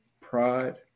pride